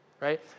right